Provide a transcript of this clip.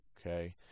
okay